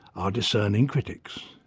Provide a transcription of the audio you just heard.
are discerning critics.